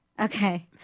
Okay